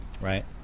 Right